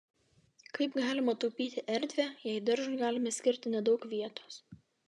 kaip galima taupyti erdvę jei daržui galime skirti nedaug vietos